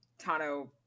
Tano